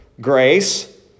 grace